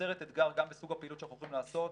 שיוצרת אתגר גם בסוג הפעילות שאנחנו הולכים לעשות.